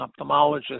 ophthalmologist